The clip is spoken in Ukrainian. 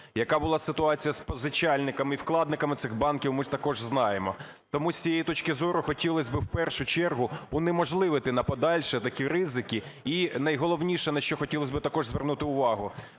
Яка була ситуація з позичальниками і вкладниками цих банків ми також знаємо. Тому з цієї точки зору хотілось би в першу чергу унеможливити на подальше такі ризики. І найголовніше, на що хотілося б також звернути увагу,